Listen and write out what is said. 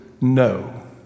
no